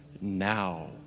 now